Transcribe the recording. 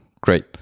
great